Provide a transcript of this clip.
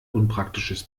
unpraktisches